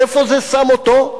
איפה זה שם אותו?